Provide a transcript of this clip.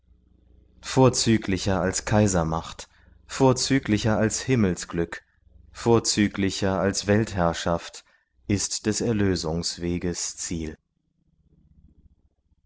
vorzüglicher als kaisermacht vorzüglicher als himmelsglück vorzüglicher als weltherrschaft ist des erlösungsweges ziel